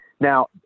Now